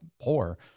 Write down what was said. poor